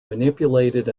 manipulated